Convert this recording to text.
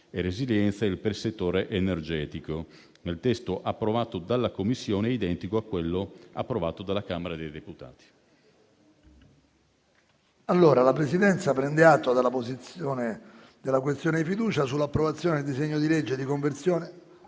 La Presidenza prende atto della posizione della questione di fiducia sull'approvazione del disegno di legge di conversione